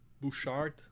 Bouchard